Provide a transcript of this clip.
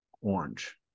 orange